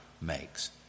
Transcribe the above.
makes